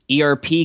ERP